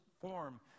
form